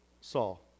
Saul